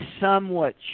somewhat